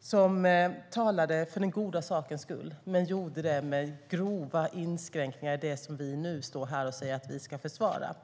som talade för den goda sakens skull men gjorde det med grova inskränkningar i det som vi nu står här och säger att vi ska försvara.